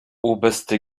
oberste